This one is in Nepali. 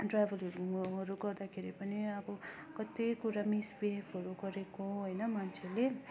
ट्राभलहरूहरू गर्दाखेरि पनि अब कति कुरा मिसबिहेभहरू गरेको होइन मान्छेले